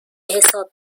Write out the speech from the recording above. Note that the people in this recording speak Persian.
حساب